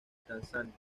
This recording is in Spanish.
tanzania